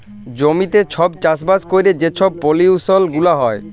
জমিতে ছব চাষবাস ক্যইরে যে ছব পলিউশল গুলা হ্যয়